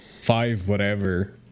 five-whatever